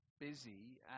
busy